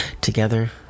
together